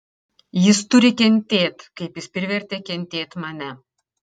jis turi kentėt kaip jis privertė kentėt mane